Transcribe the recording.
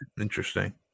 interesting